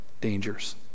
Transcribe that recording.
dangers